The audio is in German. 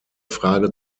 frage